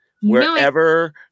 Wherever